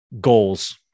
Goals